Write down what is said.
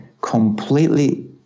completely